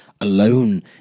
alone